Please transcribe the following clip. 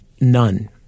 none